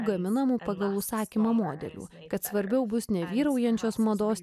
gaminamų pagal užsakymą modelių kad svarbiau bus ne vyraujančios mados